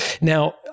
Now